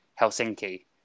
Helsinki